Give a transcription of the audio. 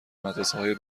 مدرسههای